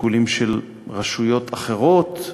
שיקולים של רשויות אחרות,